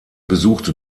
besuchte